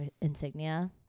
Insignia